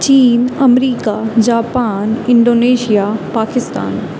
چین امریکا Japan Indonesia Pakistan